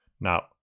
Now